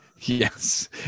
Yes